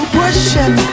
pushing